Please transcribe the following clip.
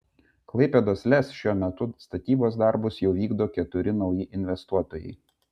klaipėdos lez šiuo metu statybos darbus jau vykdo keturi nauji investuotojai